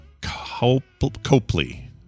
Copley